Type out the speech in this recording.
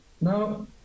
Now